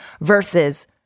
versus